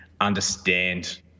understand